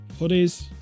hoodies